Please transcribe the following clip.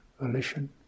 volition